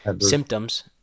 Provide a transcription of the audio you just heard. symptoms